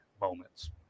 moments